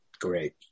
Great